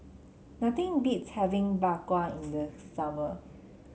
nothing beats having Bak Kwa in the summer